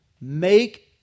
Make